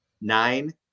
Nine